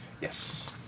Yes